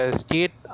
state